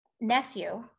nephew